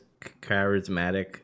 charismatic